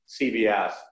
CVS